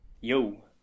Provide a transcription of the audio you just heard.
yo